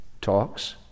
talks